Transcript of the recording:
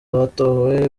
batowe